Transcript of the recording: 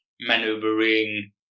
maneuvering